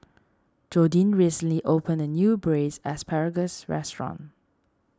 Jordyn recently opened a new Braised Asparagus restaurant